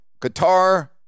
Qatar